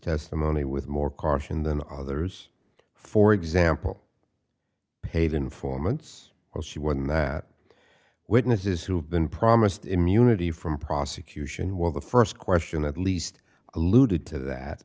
testimony with more caution than others for example paid informants while she was in that witnesses who have been promised immunity from prosecution while the first question at least alluded t